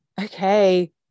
Okay